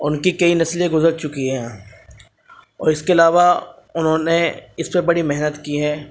ان کی کئی نسلیں گزر چکی ہیں اور اس کے علاوہ انہوں نے اس پہ بڑی محنت کی ہیں